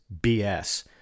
BS